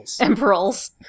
Emperors